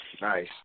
Nice